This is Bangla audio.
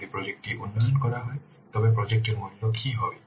যদি প্রজেক্ট টি উন্নত করা হয় তবে প্রজেক্ট এর মূল্য কী হবে